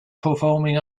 performing